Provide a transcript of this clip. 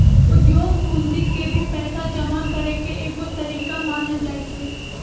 उद्योग पूंजी के भी पैसा जमा करे के एगो तरीका मानल जाई छई